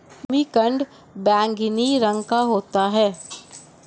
जिमीकंद बैंगनी रंग का होता है